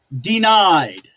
denied